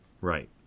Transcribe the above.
Right